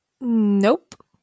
Nope